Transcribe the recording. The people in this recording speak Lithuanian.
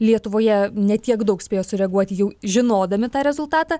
lietuvoje ne tiek daug spėjo sureaguoti jau žinodami tą rezultatą